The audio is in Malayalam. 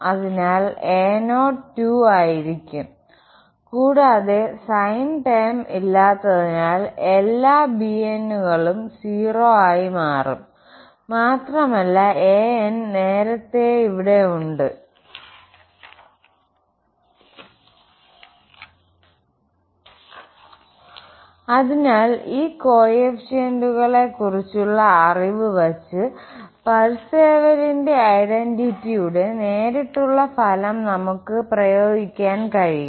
അതിനാൽ a0 2 ആയിരിക്കും കൂടാതെ സൈൻ ടേം ഇല്ലാത്തതിനാൽ എല്ലാ bn കളും 0 ആയി മാറും മാത്രമല്ല an നേരത്തെ ഇവിടെ ഉണ്ട് അതിനാൽ ഈ കോഎഫിഷ്യന്റുകളെക്കുറിച്ചുള്ള അറിവ് വച്ച് പാർസേവലിന്റെ ഐഡന്റിറ്റിയുടെ നേരിട്ടുള്ള ഫലം നമുക്ക് പ്രയോഗിക്കാൻ കഴിയും